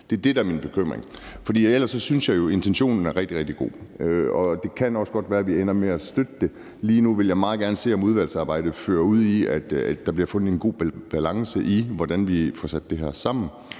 Det er det, der er min bekymring. For ellers synes jeg jo, at intentionen er rigtig, rigtig god. Og det kan også godt være, at vi ender med at støtte det, men lige nu vil jeg meget gerne se, om udvalgsarbejdet fører til, at der bliver fundet en god balance, med hensyn til hvordan vi får sat det her sammen.